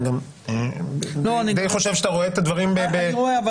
אני גם די חושב שאתה רואה את הדברים בסדר,